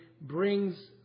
brings